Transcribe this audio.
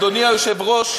אדוני היושב-ראש,